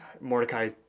Mordecai